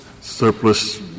surplus